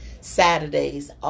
Saturdays